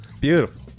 Beautiful